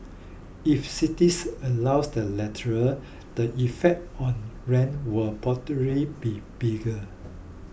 if cities allow the latter the effect on rents will probably be bigger